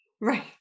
Right